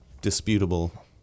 disputable